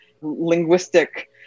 linguistic